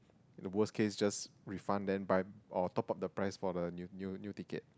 the worst case just refund then buy or top up the price for the new new ticket